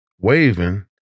waving